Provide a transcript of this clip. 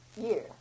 year